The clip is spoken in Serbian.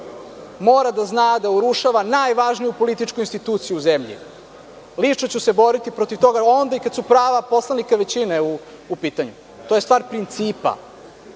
mora da zna da urušava najvažniju političku instituciju u zemlji. Lično ću se boriti protiv toga, onda i kada su prava poslanika većine u pitanju. To je stvar principa. Mnogo